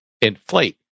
inflate